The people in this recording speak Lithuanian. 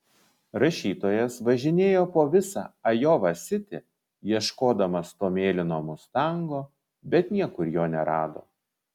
rašytojas važinėjo po visą ajova sitį ieškodamas to mėlyno mustango bet niekur jo nerado